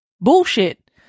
Bullshit